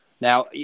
Now